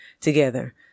together